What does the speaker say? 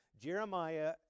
Jeremiah